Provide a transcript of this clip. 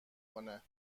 کنه